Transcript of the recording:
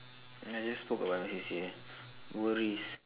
I just spoke about my C_C_A worries